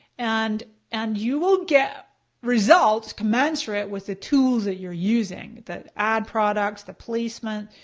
and and you will get results commensurate with the tools that you're using. the ad products, the placement.